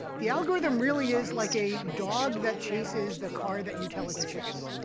the algorithm really is like a dog that chases the car that you tell it to chase.